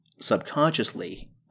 subconsciously